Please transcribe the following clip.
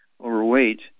overweight